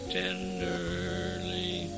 tenderly